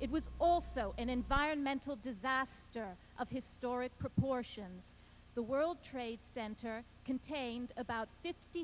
it was also an environmental disaster of historic proportions the world trade center contained about fifty